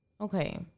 Okay